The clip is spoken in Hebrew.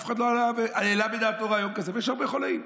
אף אחד לא העלה בדעתו רעיון כזה, ויש הרבה חוליים.